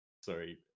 sorry